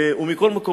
מכל מקום,